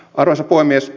arvoisa puhemies